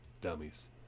Dummies